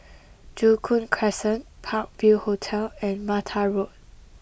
Joo Koon Crescent Park View Hotel and Mata Road